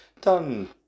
done